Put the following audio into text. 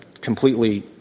Completely